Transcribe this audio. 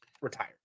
retired